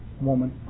woman